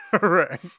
Right